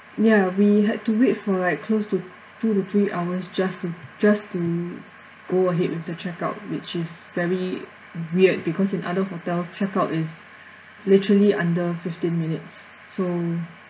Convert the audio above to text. ya we had to wait for like close to two to three hours just to just to go ahead with the check out which is very weird because in other hotels check out is literally under fifteen minutes so